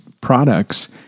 products